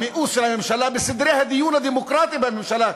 המיאוס של הממשלה בסדרי הדיון הדמוקרטיים בממשלה,